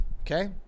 Okay